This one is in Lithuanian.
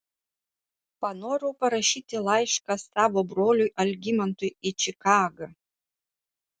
panorau parašyti laišką savo broliui algimantui į čikagą